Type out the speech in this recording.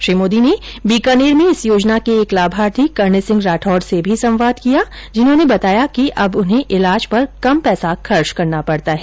श्री मोदी ने बीकानेर में इस योजना के एक लाभार्थी करणी सिंह राठौड़ से भी संवाद किया जिन्होंने बताया कि अब उन्हें इलाज पर कम पैसा खर्च करना पडता है